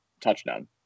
touchdown